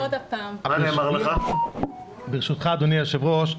אדוני היושב-ראש,